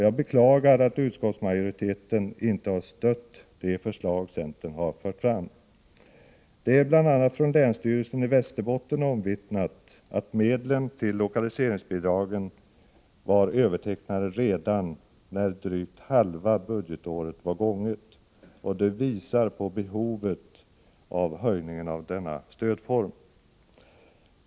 Jag beklagar att utskottsmajoriteten inte har stött de förslag som centern har lagt fram. Det är bl.a. av länsstyrelsen i Västerbotten omvittnat att medlen till lokaliseringsbidragen var övertecknade redan när drygt halva budgetåret var gånget. Det visar behovet av höjningen av anslaget till denna stödform.